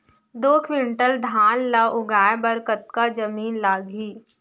दो क्विंटल धान ला उगाए बर कतका जमीन लागही?